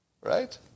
Right